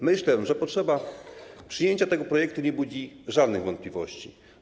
Myślę, że potrzeba przyjęcia tego projektu nie budzi żadnych wątpliwości.